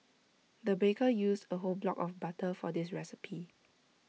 the baker used A whole block of butter for this recipe